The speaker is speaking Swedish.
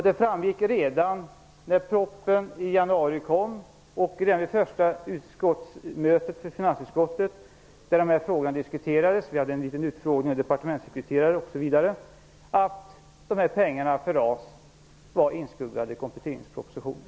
Det framgick redan när propositionen lades fram i januari och vid första utskottsmötet i finansutskottet där denna fråga diskuterades - vi hade en liten utfrågning av departementssekreterare - att pengarna för RAS fanns inskuggade i kompletteringspropositionen.